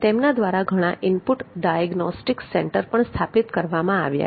તેમના દ્વારા ઘણા ઇનપુટ ડાયગ્નોસ્ટિક સેન્ટર પણ સ્થાપિત કરવામાં આવ્યા છે